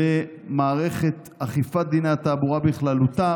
במערכת אכיפת דיני התעבורה בכללותה,